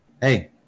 Hey